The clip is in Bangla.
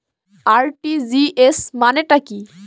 আর.টি.জি.এস মানে টা কি?